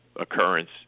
occurrence